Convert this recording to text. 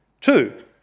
Two